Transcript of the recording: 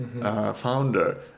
founder